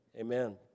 amen